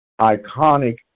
iconic